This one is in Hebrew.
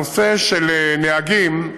הנושא של נהגים,